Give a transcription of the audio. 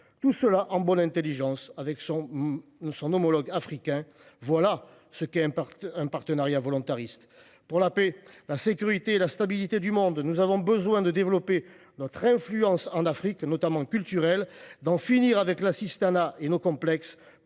Tout cela en bonne intelligence avec son homologue africain… Voilà ce qu’est un partenariat volontariste ! Pour la paix, la sécurité et la stabilité du monde, nous avons besoin de développer notre influence, notamment culturelle, en Afrique, et d’en finir avec l’assistanat et nos complexes,